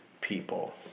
people